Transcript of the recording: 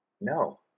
No